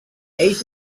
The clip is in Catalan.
ells